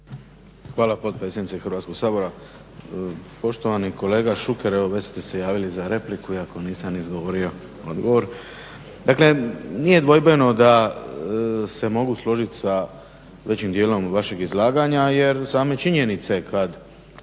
Hvala potpredsjednice Hrvatskog sabora. Poštovani kolega Šuker, evo već ste se javili za repliku iako nisam izgovorio odgovor. Dakle, nije dvojbeno da se mogu složit sa većim dijelom vašeg izlaganja, jer same činjenice kad